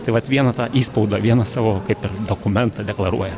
tai vat vieną tą įspaudą vieną savo kaip ir dokumentą deklaruoja